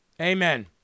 Amen